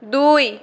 দুই